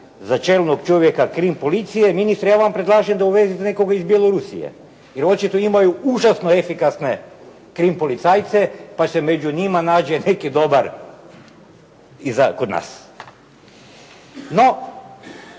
za čelnog čovjeka krim policije, ministre ja vam predlažem da uvezete nekoga iz Bjelorusije, jer očito imaju užasno efikasne krim policajce, pa se među njima nađe neki dobar i za nas. No,